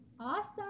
Awesome